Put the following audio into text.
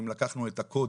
אם לקחנו את הקוד